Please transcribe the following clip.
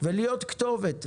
ולהיות כתובת.